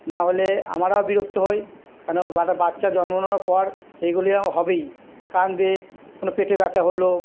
না হলে আমারাও বিরক্ত হই কেন একটা বাচ্চা জন্মানোর পর এগুলি হবেই কাঁদবে কোনো পেটে ব্যথা হলো